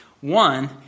One